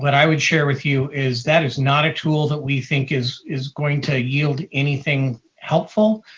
but i would share with you is that is not a tool that we think is is going to yield anything helpful,